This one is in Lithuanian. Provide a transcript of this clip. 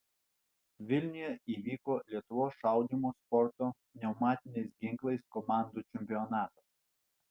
vilniuje įvyko lietuvos šaudymo sporto pneumatiniais ginklais komandų čempionatas